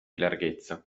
larghezza